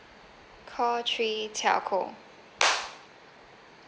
call three telco